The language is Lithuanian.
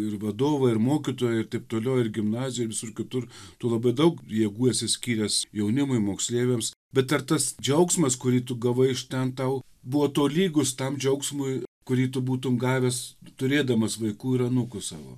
ir vadovą ir mokytoją ir taip toliau ir gimnazijoj visur kitur tu labai daug jėgų esi skyręs jaunimui moksleiviams bet ar tas džiaugsmas kurį tu gavai iš ten tau buvo tolygus tam džiaugsmui kurį tu būtum gavęs turėdamas vaikų ir anūkų savo